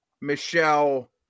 Michelle